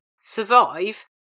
survive